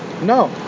No